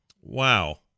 Wow